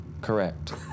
Correct